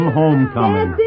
homecoming